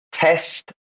test